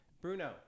Bruno